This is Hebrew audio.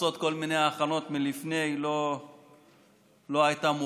לעשות כל מיני הכנות לפני כן לא הייתה מוכנה.